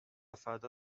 فردا